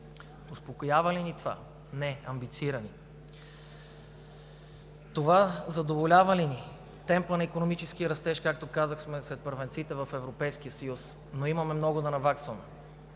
Успокоява ли ни това? Не, амбицира ни. Това задоволява ли ни? В темпа на икономически растеж, както казах, сме сред първенците в Европейския съюз, но имаме много да наваксваме.